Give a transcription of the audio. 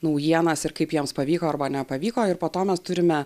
naujienas ir kaip jiems pavyko arba nepavyko ir po to mes turime